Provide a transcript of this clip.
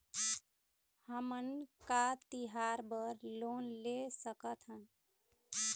हमन का तिहार बर लोन ले सकथन?